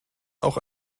auch